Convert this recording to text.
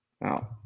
Now